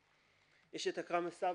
יש את אכרם א-סברי,